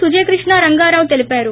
సుజయ కృష్ణా రంగారావు తెలిపారు